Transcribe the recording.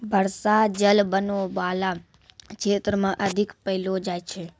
बर्षा जल बनो बाला क्षेत्र म अधिक पैलो जाय छै